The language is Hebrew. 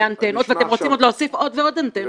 אנטנות ואתם רוצים עוד להוסיף עוד ועוד אנטנות.